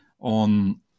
on